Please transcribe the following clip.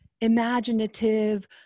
imaginative